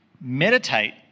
meditate